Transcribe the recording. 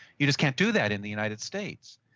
you just can't do that in the united states.